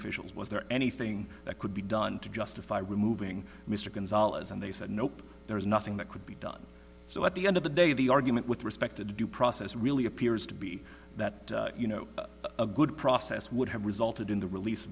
officials was there anything that could be done to justify removing mr gonzalez and they said nope there was nothing that could be done so at the end of the day the argument with respect to due process really appears to be that you know a good process would have resulted in the release